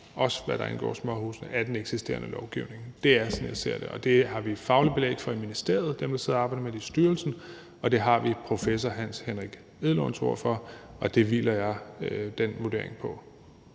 også hvad angår småhusene, af den eksisterende lovgivning. Det er sådan, jeg ser det, og det har vi fagligt belæg for i ministeriet og fra dem, der sidder og arbejder med det i styrelsen, og det har vi professor Hans Henrik Edlunds ord for, og det hviler jeg den vurdering på.